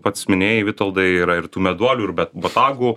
pats minėjai vitoldai yra ir tų meduolių ir be botagų